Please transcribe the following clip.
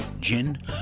gin